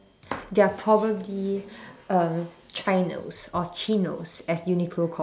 they are probably um chinos or chinos as Uniqlo calls them